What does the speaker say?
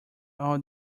all